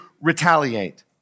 retaliate